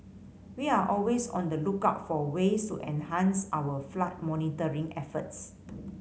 we are always on the lookout for ways to enhance our flood monitoring efforts